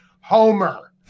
Homer